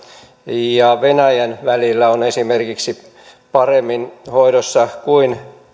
ja venäjän välillä on paremmin hoidossa kuin